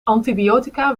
antibiotica